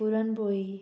puran poli